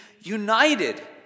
united